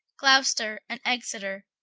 glocester, and exeter.